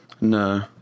No